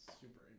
super